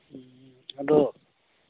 ᱦᱮᱸ ᱟᱫᱚ